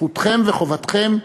זכותכם וחובתכם,